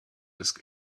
disk